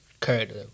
character